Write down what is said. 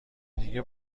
دیگه